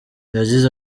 yagize